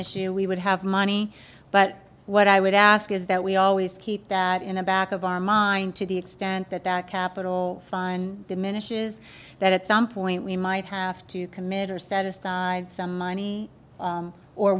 issue we would have money but what i would ask is that we always keep that in the back of our mind to the extent that that capital fund diminishes that at some point we might have to commit or set aside some money